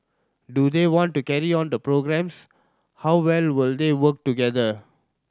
do they want to carry on the programmes how well will they work together